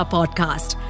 Podcast